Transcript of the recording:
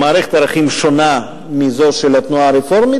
או מערכת ערכים שונה מזו של התנועה הרפורמית